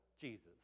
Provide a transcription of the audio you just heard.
Jesus